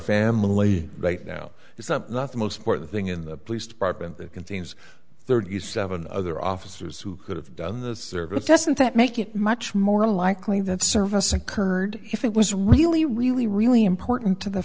family right now it's up nothing most important thing in the police department that contains thirty seven other officers who could have done the service doesn't that make it much more likely that service occurred if it was really really really important to the